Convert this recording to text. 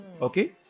Okay